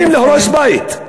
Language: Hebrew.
הם באים להרוס בית,